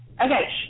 Okay